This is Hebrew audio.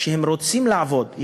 שרוצים לעבוד,